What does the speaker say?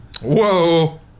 Whoa